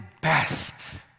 best